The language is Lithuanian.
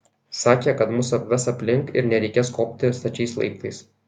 sakė kad mus apves aplink ir nereikės kopti stačiais laiptais